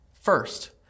First